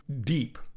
deep